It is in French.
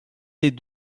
des